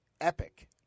epic